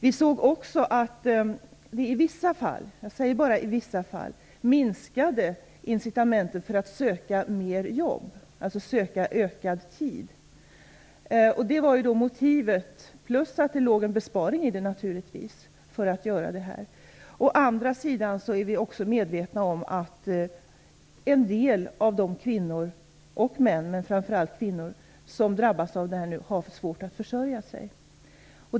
Vi såg också i vissa fall minskade incitament för att söka mera jobb, ökad tid. Det var motivet - dessutom låg det naturligtvis en besparing i det - för att göra detta. Å andra sidan är vi också medvetna om att en del av dem, framför allt kvinnor, som drabbas av detta har svårt att försörja sig.